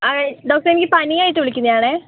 ആ ഡോക്ടറെ എനിക്ക് പനിയായിട്ട് വിളിക്കുന്നതാണ്